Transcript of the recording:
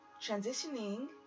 transitioning